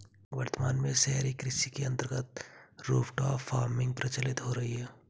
वर्तमान में शहरी कृषि के अंतर्गत रूफटॉप फार्मिंग प्रचलित हो रही है